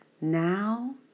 now